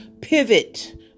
pivot